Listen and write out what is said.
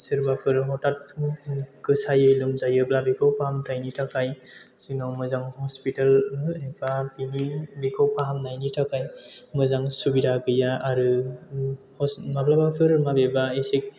सोरबाफोर हथात गोसायै लोमजायोब्ला बेखौ फाहामथायनि थाखाय जोंनाव मोजां हस्पिटाल एबा बिखौ फाहामनायनि थाखाय मोजां सुबिदा गैया आरो माब्लाबाफोर बबेबा एसे